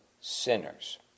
sinners